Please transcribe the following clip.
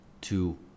two